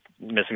missing